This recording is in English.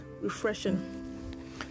refreshing